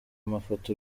mafoto